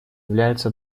является